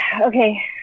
Okay